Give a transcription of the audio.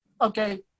okay